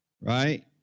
right